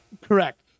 Correct